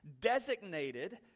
designated